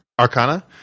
Arcana